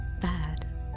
bad